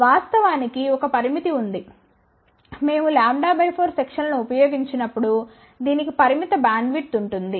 వాస్తవానికి ఒక పరిమితి ఉంది మేము λ 4 సెక్షన్ లను ఉపయోగించినప్పుడు దీనికి పరిమిత బ్యాండ్విడ్త్ ఉంటుంది